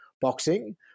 boxing